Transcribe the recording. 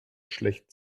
schlecht